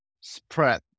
spread